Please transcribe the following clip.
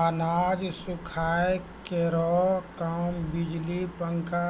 अनाज सुखाय केरो काम बिजली पंखा